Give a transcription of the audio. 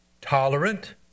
tolerant